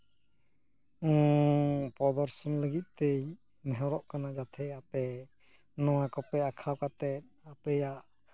ᱯᱚᱫᱚᱨᱥᱚᱱ ᱞᱟᱹᱜᱤᱫ ᱛᱮᱧ ᱱᱮᱦᱚᱨᱚᱜ ᱠᱟᱱᱟ ᱡᱟᱛᱷᱮ ᱟᱯᱮ ᱱᱚᱣᱟ ᱠᱚᱯᱮ ᱟᱸᱠᱷᱟᱣ ᱠᱟᱛᱮ ᱟᱯᱮᱭᱟᱜ